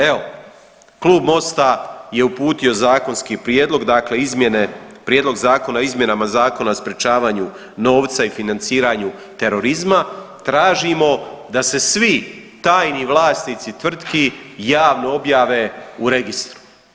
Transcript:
Evo klub MOST-a je uputio zakonski prijedlog, dakle izmjene, Prijedlog zakona o izmjenama Zakona o sprječavanju novca i financiranju terorizma tražimo da se svi tajni vlasnici tvrtki javno objave u registru.